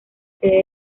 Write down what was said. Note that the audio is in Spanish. sede